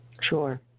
Sure